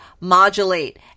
modulate